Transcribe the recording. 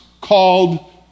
called